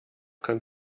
kann